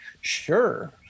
sure